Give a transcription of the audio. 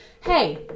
hey